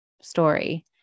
story